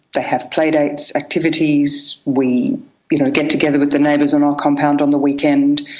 they have play dates, activities, we you know get together with the neighbours on our compound on the weekend,